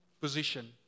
position